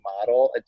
model